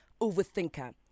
overthinker